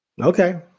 Okay